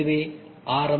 இதுவே ஆர்